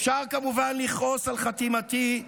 אפשר כמובן לכעוס על חתימתי,